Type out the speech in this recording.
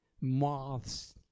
Moths